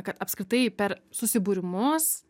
kad apskritai per susibūrimus